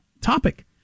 topic